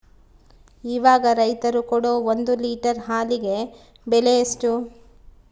ಇವಾಗ ರೈತರು ಕೊಡೊ ಒಂದು ಲೇಟರ್ ಹಾಲಿಗೆ ಬೆಲೆ ಎಷ್ಟು?